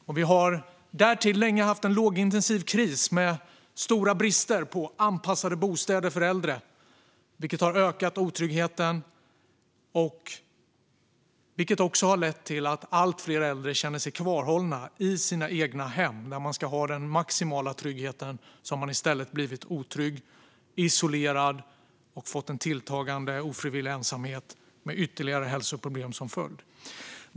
Därtill har vi länge haft en lågintensiv kris i form av stora brister på anpassade bostäder för äldre, vilket har ökat otryggheten och även lett till att allt fler äldre känner sig kvarhållna i sina egna hem. Där man ska känna den maximala tryggheten har man i stället blivit otrygg och isolerad. Man har upplevt en tilltagande ofrivillig ensamhet, med ytterligare hälsoproblem som följd.